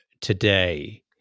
today